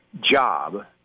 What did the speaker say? job